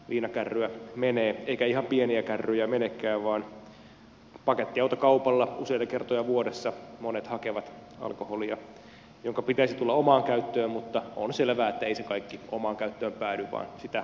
viinakärryä menee eikä ihan pieniä kärryjä menekään vaan pakettiautokaupalla useita kertoja vuodessa monet hakevat alkoholia jonka pitäisi tulla omaan käyttöön mutta on selvää että ei se kaikki omaan käyttöön päädy vaan sitä trokataan eteenpäin